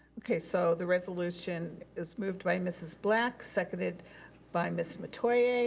okay, so the resolution is moved by mrs. black, seconded by ms. metoyer.